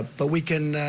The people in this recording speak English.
but we can